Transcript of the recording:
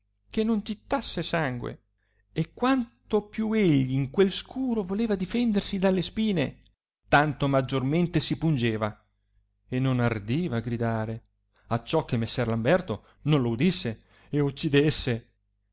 che non gittasse sangue e quanto più egli in quel scuro voleva difendersi dalle spine tanto maggiormente si pungeva e non ardiva gridare acciò che messer lamberto non lo udisse e uccidesse